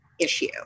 issue